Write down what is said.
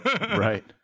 Right